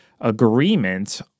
agreement